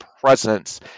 presence